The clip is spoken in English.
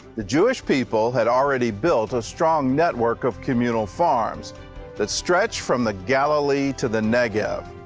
the jewish people had already built a strong network of communal farms that stretched from the galilee to the negev.